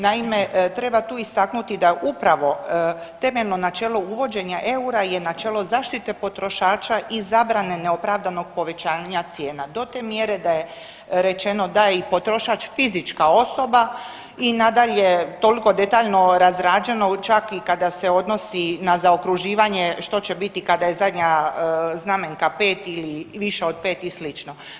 Naime, treba tu istaknuti da upravo temeljno načelo uvođenja eura je načelo zaštite potrošača i zabrane neopravdanog povećanja cijena do te mjere da je rečeno da je potrošač i fizička osoba i nadalje toliko detaljno razrađeno čak i kada se odnosi na zaokruživanje što će biti kada je zadnja znamenka pet ili više od pet i slično.